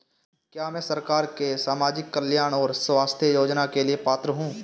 क्या मैं सरकार के सामाजिक कल्याण और स्वास्थ्य योजना के लिए पात्र हूं?